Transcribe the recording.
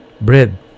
bread